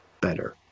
better